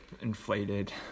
inflated